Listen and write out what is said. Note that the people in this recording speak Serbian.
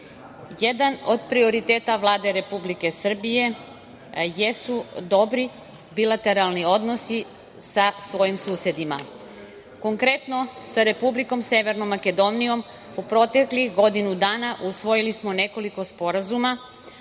od prioriteta Vlade Republike Srbije jesu dobri bilateralni odnosi sa svojim susedima. Konkretno sa Republikom Severnom Makedonijom u proteklih godinu dana usvojili smo nekoliko sporazuma,